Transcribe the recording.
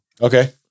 Okay